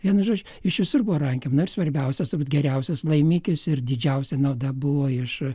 vienu žodžiu iš visur buvo rankiojama na ir svarbiausias geriausias laimikis ir didžiausia nauda buvo iš